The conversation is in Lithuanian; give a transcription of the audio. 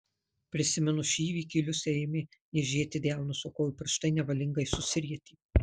prisiminus šį įvykį liusei ėmė niežėti delnus o kojų pirštai nevalingai susirietė